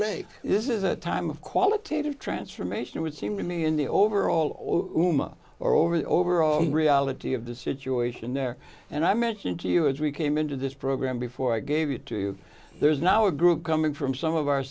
me this is a time of qualitative transformation would seem to me in the overall or over the overall reality of the situation there and i mentioned to you as we came into this program before i gave it to you there's now a group coming from some of our